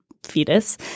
fetus